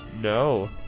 No